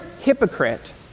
hypocrite